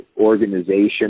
organization